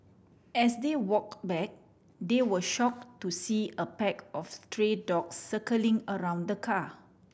as they walk back they were shock to see a pack of stray dogs circling around the car